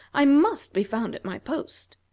i must be found at my post.